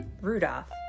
Rudolph